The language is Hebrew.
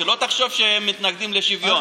שלא תחשוב שהם מתנגדים לשוויון.